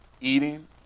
eating